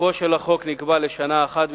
תוקפו של החוק נקבע לשנה אחת,